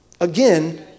Again